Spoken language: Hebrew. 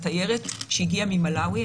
התיירת שהגיעה ממלאווי,